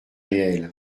réel